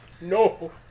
No